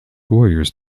warriors